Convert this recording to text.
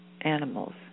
animals